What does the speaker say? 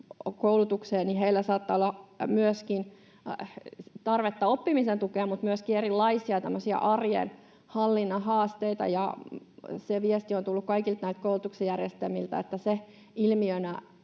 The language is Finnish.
koulutukseen, saattaa olla myöskin tarvetta oppimisen tukeen mutta myöskin erilaisia arjen hallinnan haasteita. Se viesti on tullut kaikilta koulutuksen järjestäjiltä, että se ilmiönä